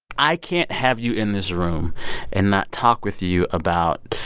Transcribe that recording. i can't have you in this room and not talk with you about